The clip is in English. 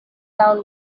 down